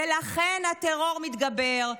ולכן הטרור מתגבר.